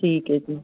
ਠੀਕ ਹੈ ਜੀ